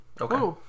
Okay